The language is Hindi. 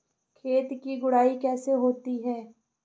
खेत की गुड़ाई कैसे होती हैं?